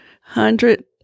hundred